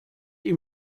ihm